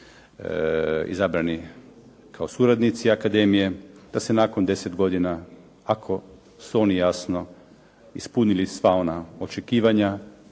izabrani kao suradnici akademije, da se nakon 10 godina, ako su oni jasno ispunili sva ona očekivanja